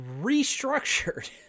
restructured